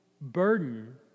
burden